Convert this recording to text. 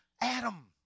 Adam